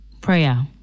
Prayer